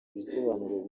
ibisobanuro